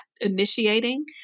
initiating